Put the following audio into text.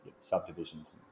subdivisions